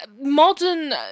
modern